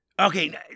okay